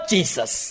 Jesus